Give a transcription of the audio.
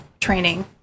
training